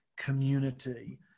community